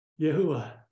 Yahuwah